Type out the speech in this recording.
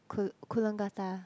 cool~ Coolangatta